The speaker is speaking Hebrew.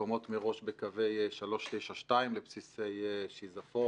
מקומות מראש בקווי 392 לבסיסי שזפון,